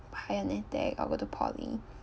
higher NITEC or go to poly